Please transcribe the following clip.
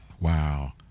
Wow